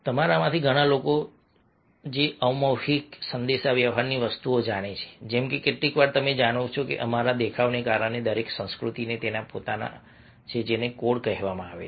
તે તમારામાંથી ઘણા લોકો છે જે અમૌખિક સંદેશાવ્યવહારની વસ્તુઓ જાણે છે જેમ કે કેટલીકવાર તમે જાણો છો કે અમારા દેખાવને કારણે દરેક સંસ્કૃતિને તેના પોતાના છે જેને કોડ કહેવામાં આવે છે